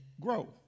grow